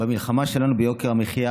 במלחמה שלנו ביוקר המחיה